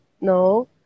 no